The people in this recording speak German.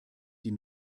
die